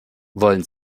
wollen